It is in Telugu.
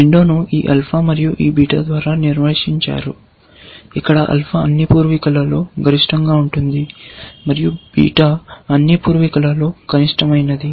విండోను ఈ ఆల్ఫా మరియు ఈ బీటా ద్వారా నిర్వచించారు ఇక్కడ ఆల్ఫా అన్ని పూర్వీకులలో గరిష్టంగా ఉంటుంది మరియు బీటా అన్ని పూర్వీకులలో కనిష్టమైనది